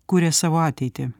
kuria savo ateitį